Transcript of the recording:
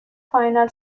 final